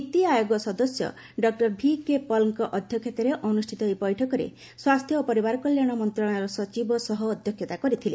ନୀତି ଆୟୋଗ ସଦସ୍ୟ ଡଃ ଭିକେ ପଲଙ୍କ ଅଧ୍ୟକ୍ଷତାରେ ଅନୃଷ୍ଠିତ ଏହି ବୈଠକରେ ସ୍ୱାସ୍ଥ୍ୟ ଓ ପରିବାର କଲ୍ୟାଣ ମନ୍ତ୍ରଣାଳୟ ସଚିବ ସହ ଅଧ୍ୟକ୍ଷତା କରିଥିଲେ